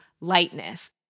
lightness